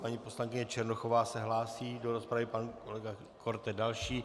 Paní poslankyně Černochová se hlásí do rozpravy, pan kolega Korte další.